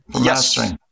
yes